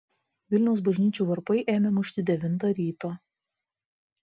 vilniaus bažnyčių varpai ėmė mušti devintą ryto